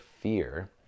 fear